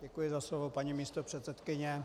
Děkuji za slovo, paní místopředsedkyně.